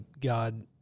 God